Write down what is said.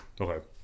Okay